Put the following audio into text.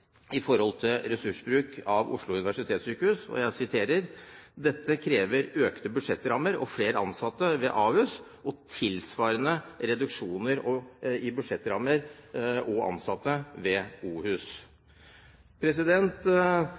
ressursbruk ved Oslo universitetssykehus: «Dette krever økte budsjettrammer og flere ansatte ved Ahus, og tilsvarende reduksjoner i budsjettrammer og ansatte ved